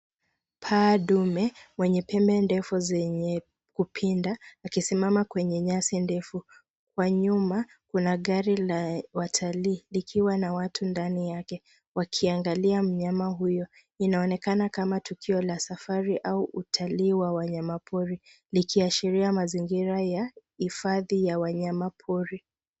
Paa dume mwenye pembe ndefu zenye kupinda ikisimama kwenye nyasi ndefu. Kwa nyuma kuna gari la watalii likiwa na watu ndani yake wakiangalia mnyama huyo. Inaonekana kama tukio la safari au utalii wa wanyama pori likiashiria mazingira ya hifadhi ya wanyama pori.